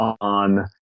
on